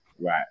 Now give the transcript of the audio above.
Right